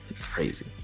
Crazy